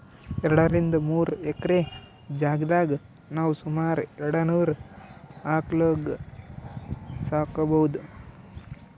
ಎರಡರಿಂದ್ ಮೂರ್ ಎಕ್ರೆ ಜಾಗ್ದಾಗ್ ನಾವ್ ಸುಮಾರ್ ಎರಡನೂರ್ ಆಕಳ್ಗೊಳ್ ಸಾಕೋಬಹುದ್